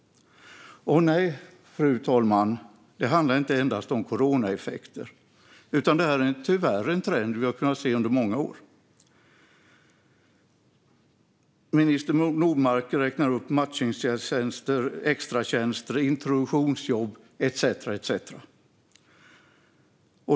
Fru talman! Det handlar inte endast om coronaeffekter, utan det här är tyvärr en trend som vi har kunnat se under många år. Minister Nordmark räknar upp matchningstjänster, extratjänster, introduktionsjobb etcetera.